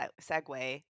segue